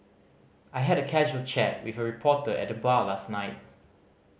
I had a casual chat with a reporter at the bar last night